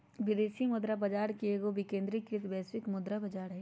विदेशी मुद्रा बाजार एगो विकेंद्रीकृत वैश्विक मुद्रा बजार हइ